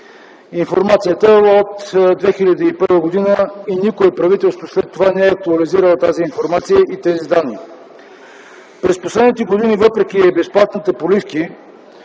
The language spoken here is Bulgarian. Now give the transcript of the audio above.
Информацията е от 2001 г. и никое правителство след това не е актуализирало тази информация и тези данни. През последните години, въпреки безплатните поливки,